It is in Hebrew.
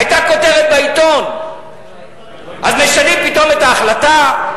היתה כותרת בעיתון, אז משנים פתאום את ההחלטה?